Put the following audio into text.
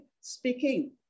speaking